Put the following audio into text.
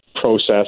process